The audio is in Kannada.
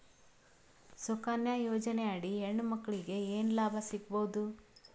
ಸುಕನ್ಯಾ ಯೋಜನೆ ಅಡಿ ಹೆಣ್ಣು ಮಕ್ಕಳಿಗೆ ಏನ ಲಾಭ ಸಿಗಬಹುದು?